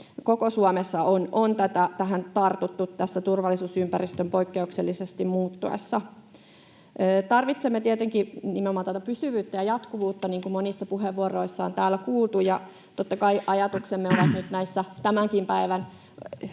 koko Suomessa on tähän tartuttu turvallisuusympäristön poikkeuksellisesti muuttuessa. Tarvitsemme tietenkin nimenomaan pysyvyyttä ja jatkuvuutta, niin kuin monissa puheenvuoroissa on täällä kuultu. Totta kai ajatuksemme ovat nyt näissä